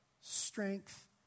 strength